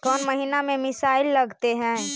कौन महीना में मिसाइल लगते हैं?